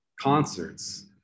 concerts